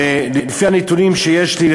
ולפי הנתונים שיש לי,